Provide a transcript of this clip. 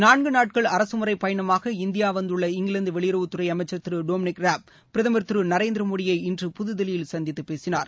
நான்கு நாட்கள் அரசுமுறைப் பயணமாக இந்தியா வந்துள்ள இங்கிவாந்து வெளியுறவுத்துறை அமைச்ச் திரு டோம்னிக் ராப் பிரதமர் திரு நரேந்திரமோடி இன்று புதுதில்லியில் சந்திதது பேசினார்